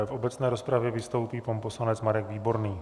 V obecné rozpravě vystoupí pan poslanec Marek Výborný.